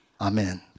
Amen